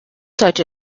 such